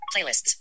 playlists